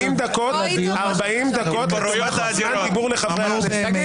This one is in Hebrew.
40 דקות זמן דיבור לחברי הכנסת.